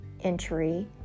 entry